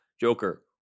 joker